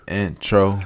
intro